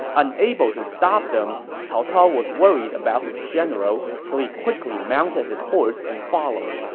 unable to stop them, cao cao was worried about his general, so he quickly mounted his horse and followed.